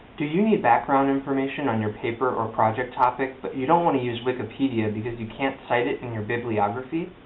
do you need background information on your paper or project topic, but you don't want to use wikipedia because you can't cite it in your bibliography?